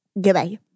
Goodbye